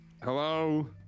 hello